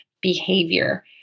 behavior